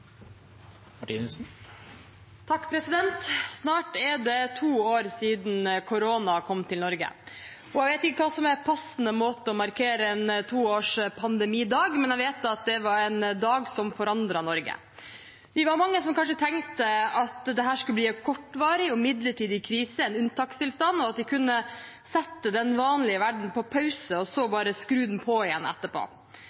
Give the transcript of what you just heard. det to år siden korona kom til Norge. Jeg vet ikke hva som er passende måte å markere en toårspandemidag på, men jeg vet at det var en dag som forandret Norge. Vi var mange som kanskje tenkte at dette skulle bli en kortvarig og midlertidig krise, en unntakstilstand, og at vi kunne sette den vanlige verdenen på pause og så